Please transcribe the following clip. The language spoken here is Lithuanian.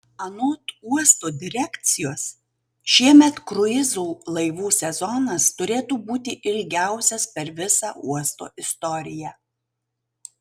anot uosto direkcijos šiemet kruizų laivų sezonas turėtų būti ilgiausias per visą uosto istoriją